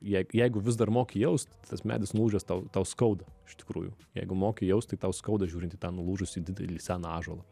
jei jeigu vis dar moki jaust tas medis nulūžęs tau tau skauda iš tikrųjų jeigu moki jaust tai tau skauda žiūrint į tą nulūžusį didelį seną ąžuolą